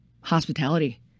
hospitality